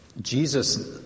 Jesus